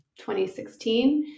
2016